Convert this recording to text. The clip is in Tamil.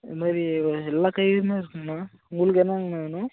இது மாதிரி எல்லா காய்கறியுமே இருக்குதுங்கண்ணா உங்களுக்கு என்னங்கண்ணா வேணும்